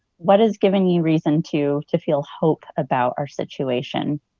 what has given you reason to to feel hope about our situation?